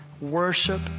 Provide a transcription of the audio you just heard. worship